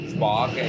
Spark